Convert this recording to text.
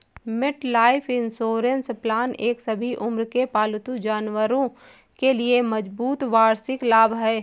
MetLife insurance plan एक सभी उम्र के पालतू जानवरों के लिए मजबूत वार्षिक लाभ है